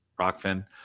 Rockfin